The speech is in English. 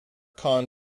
con